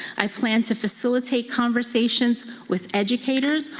i plan to facilitate conversations with educators,